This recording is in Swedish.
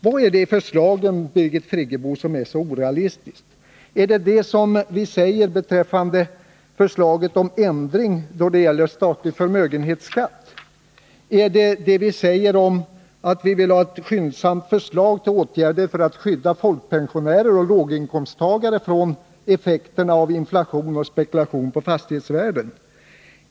Vad är det i förslagen, Birgit Friggebo, som är så orealistiskt? Är det det som vi säger beträffande förslaget om ändring av den statliga förmögenhetsskatten? Eller är det vårt önskemål om ett skyndsamt förslag till åtgärder för att skydda folkpensionärer och låginkomsttagare från effekterna av inflation och spekulation på fastighetsvärden?